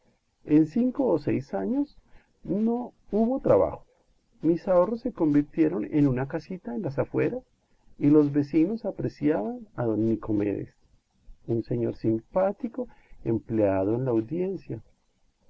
en cinco o seis años no hubo trabajo mis ahorros se convirtieron en una casita en las afueras y los vecinos apreciaban a don nicomedes un señor simpático empleado en la audiencia